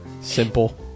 simple